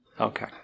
Okay